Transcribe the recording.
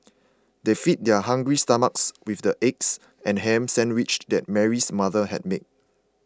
they fed their hungry stomachs with the eggs and ham sandwiches that Mary's mother had made